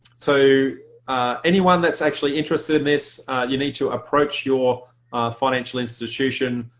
so anyone that's actually interested in this you need to approach your financial institution.